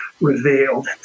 revealed